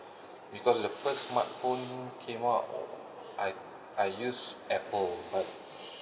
because it's the first smart phone came out uh I I use apple but